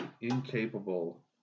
incapable